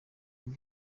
king